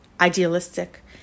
idealistic